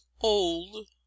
old